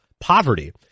poverty